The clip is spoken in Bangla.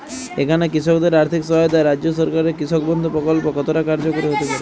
এখানে কৃষকদের আর্থিক সহায়তায় রাজ্য সরকারের কৃষক বন্ধু প্রক্ল্প কতটা কার্যকরী হতে পারে?